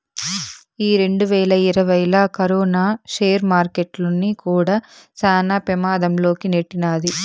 ఈ రెండువేల ఇరవైలా కరోనా సేర్ మార్కెట్టుల్ని కూడా శాన పెమాధం లోకి నెట్టినాది